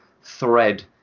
thread